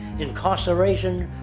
incarceration,